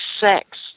sex